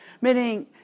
Meaning